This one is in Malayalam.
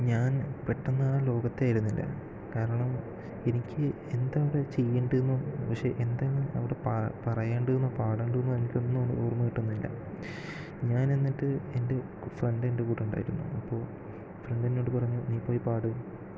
ഞാൻ പെട്ടെന്നാണ് ലോകത്തേ ആയിരുന്നില്ല കാരണം എനിക്ക് എന്താ ഒരു ചെയ്യേണ്ടെന്നും പക്ഷേ എന്താണ് അവിടെ പ പറയണ്ടെന്നും പാടേണ്ടെന്നും എനിക്കൊന്നും ഓർമ്മ കിട്ടുന്നില്ല ഞാൻ എന്നിട്ട് എൻ്റെ ഫ്രണ്ട് എൻ്റെ കൂടെയുണ്ടായിരുന്നു അപ്പൊൾ ഫ്രണ്ട് എന്നോട് പറഞ്ഞു നീ പോയി പാട്